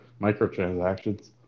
microtransactions